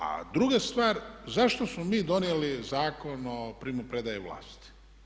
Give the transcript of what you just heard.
A druga stvar, zašto smo mi donijeli Zakon o primopredaji vlasti?